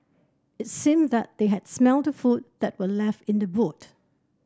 it seemed that they had smelt the food that were left in the boot